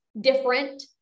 different